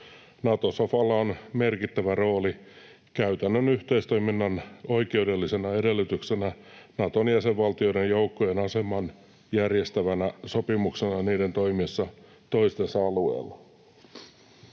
Nato-sofalla on merkittävä rooli käytännön yhteistoiminnan oikeudellisena edellytyksenä Naton jäsenvaltioiden joukkojen aseman järjestävänä sopimuksena niiden toimiessa toistensa alueella.